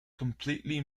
completely